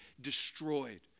destroyed